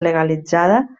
legalitzada